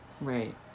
Right